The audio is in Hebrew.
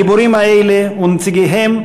הגיבורים האלה ונציגיהם